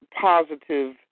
positive